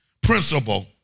principle